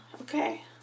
Okay